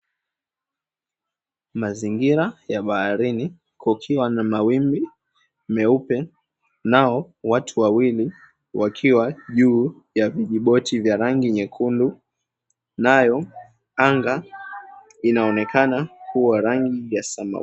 Mazingira ya baharini kukiwa na mawingu meupe, nao watu wawili wakiwa juu ya jiboti la rangi nyekundu nayo anga inaonekana kuwa na rangi ya samawati.